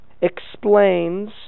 explains